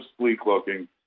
sleek-looking